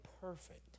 perfect